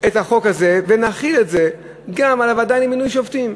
את החוק הזה ונחיל את זה גם על הוועדה למינוי שופטים.